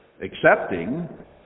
accepting